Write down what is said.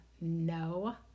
no